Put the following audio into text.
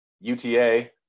UTA